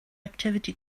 activity